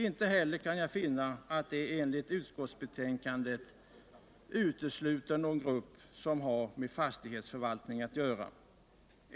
Inte heller kan jag finna att enligt utskottsbetänkandet någon grupp utesluts som har med fastighetsförvaltning att göra.